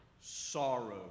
sorrow